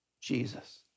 Jesus